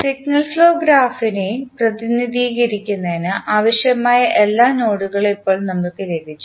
signal flow ഗ്രാഫിനെ പ്രതിനിധീകരിക്കുന്നതിന് ആവശ്യമായ എല്ലാ നോഡുകളും ഇപ്പോൾ നമുക്ക് ലഭിച്ചു